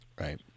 Right